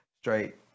straight